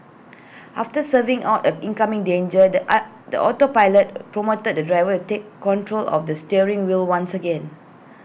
after swerving out A incoming danger the I the autopilot prompted the driver A take control of the steering wheel once again